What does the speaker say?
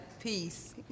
peace